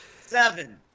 seven